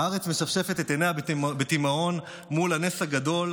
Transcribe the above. הארץ משפשפת את עיניה בתימהון מול הנס הגדול,